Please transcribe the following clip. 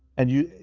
and you,